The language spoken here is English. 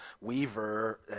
Weaver